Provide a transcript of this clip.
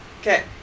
Okay